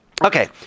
Okay